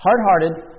hard-hearted